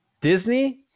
Disney